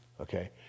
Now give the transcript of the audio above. okay